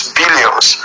billions